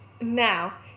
Now